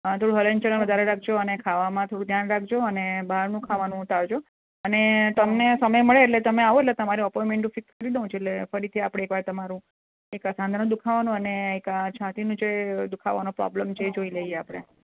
થોડું હલન ચલન વધારે રાખજો અને ખાવામાં થોડું ધ્યાન રાખજો અને બહારનું ખાવાનું ટાળજો અને તમને સમય મળે એટલે તમે આવો એટલે તમારી એપ્પોઇંટમેંટ હું ફિક્સ કરી દઉં છું એટલે ફરીથી આપણે તમારું એક આ સાંધાના દુઃખાવાનું અને એક આ છાતીના જે દુઃખાવાનું પ્રોબ્લેમ છે તે જોઈ લઈએ આપણે